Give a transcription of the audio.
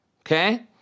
okay